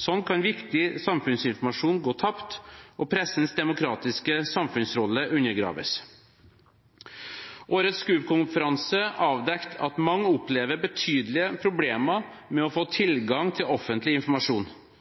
Sånn kan viktig samfunnsinformasjon gå tapt og pressens demokratiske samfunnsrolle undergraves. Årets SKUP-konferanse avdekket at mange opplever betydelige problemer med å få tilgang til offentlig informasjon.